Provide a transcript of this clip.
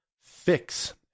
fix